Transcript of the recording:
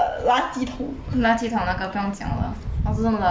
垃圾桶那个不用讲了是他是真的垃圾桶